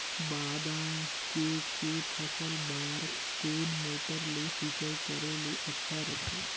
बादाम के के फसल बार कोन मोटर ले सिंचाई करे ले अच्छा रथे?